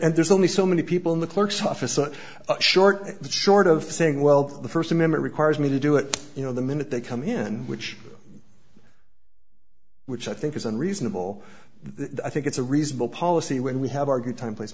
's only so many people in the clerk's office a short cut short of saying well the first amendment requires me to do it you know the minute they come in which which i think is unreasonable i think it's a reasonable policy when we have argued time place